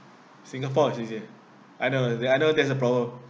singapore is easier I know the other there's a problem